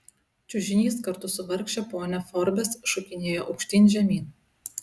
čiužinys kartu su vargše ponia forbes šokinėjo aukštyn žemyn